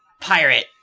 pirate